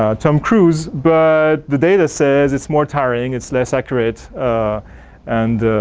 ah tom cruise but the data says it's more tiring it's less accurate and